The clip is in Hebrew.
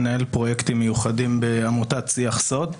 מנהל פרויקטים מיוחדים בעמותת "שיח סוד".